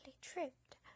tripped